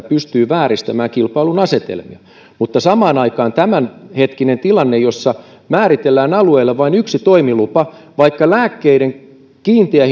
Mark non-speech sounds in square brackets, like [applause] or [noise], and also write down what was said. [unintelligible] pystyy vääristämään kilpailun asetelmia mutta samaan aikaan jos mietitään tämänhetkistä tilannetta jossa määritellään alueelle vain yksi toimilupa vaikka lääkkeiden kiinteä [unintelligible]